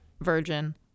virgin